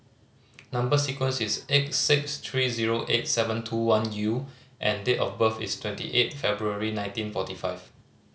number sequence is X six three zero eight seven two one U and date of birth is twenty eight February nineteen forty five